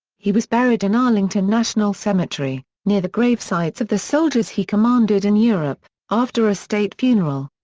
he was buried in arlington national cemetery, near the grave sites of the soldiers he commanded in europe, after a state funeral.